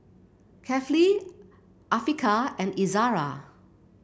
Kefli Afiqah and Izara